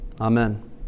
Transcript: Amen